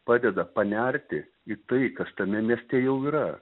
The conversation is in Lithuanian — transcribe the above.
padeda panerti į tai kas tame mieste jau yra